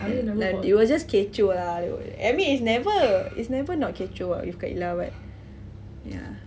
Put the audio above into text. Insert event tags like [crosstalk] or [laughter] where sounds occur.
err like it was just kecoh lah [noise] I mean it's never it's never not kecoh [what] with kak ella [what] ya